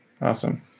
Awesome